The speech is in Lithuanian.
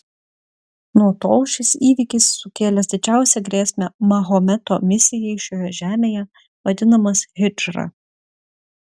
nuo tol šis įvykis sukėlęs didžiausią grėsmę mahometo misijai šioje žemėje vadinamas hidžra